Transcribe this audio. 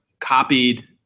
copied